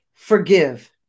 forgive